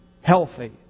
healthy